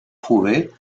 trouvé